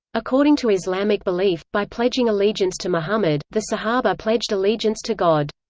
according to islamic belief, by pledging allegiance to muhammad, the sahabah pledged allegiance to god.